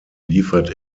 liefert